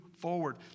forward